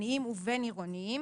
עירוניים ובין-עירוניים",